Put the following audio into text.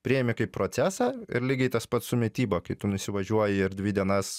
priėmi kaip procesą ir lygiai tas pats su mityba kai tu nusivažiuoji ir dvi dienas